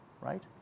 Right